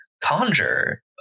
conjure